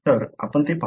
तर आपण येथे पाहू